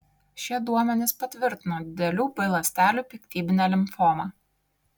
šie duomenys patvirtino didelių b ląstelių piktybinę limfomą